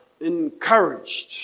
encouraged